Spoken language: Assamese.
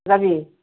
যাবি